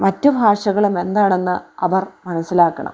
മറ്റു ഭാഷകളും എന്താണെന്ന് അവർ മനസ്സിലാക്കണം